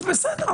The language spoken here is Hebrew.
אז בסדר,